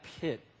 pit